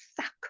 suck